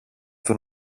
του